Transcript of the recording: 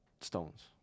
Stones